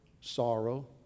sorrow